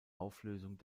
auflösung